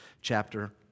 chapter